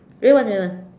real one real one